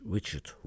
Richard